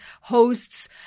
hosts